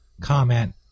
comment